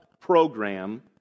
program